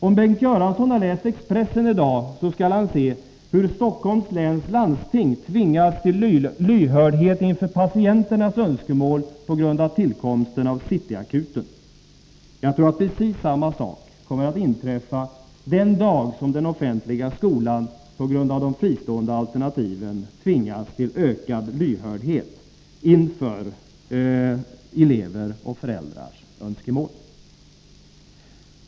Om Bengt Göransson läser Expressen i dag skall han se att Stockholms läns landsting tvingas till lyhördhet inför patienternas önskemål på grund av tillkomsten av City-Akuten. Jag tror att precis samma sak kommer att inträffa den dag då den offentliga skolan på grund av de fristående alternativen tvingas till ökad lyhördhet inför elevers och föräldrars önskemål.